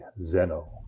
zeno